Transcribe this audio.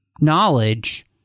knowledge